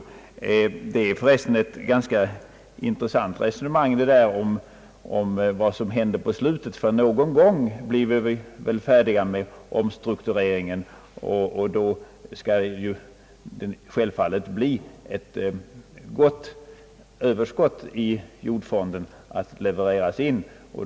Frågan om vad som händer på slutet är för resten ett ganska intressant resonemang, ty någon gång blir vi väl färdiga med omstruktureringen, och då skall det självfallet bli ett betydande överskott i jordfonden att leverera in.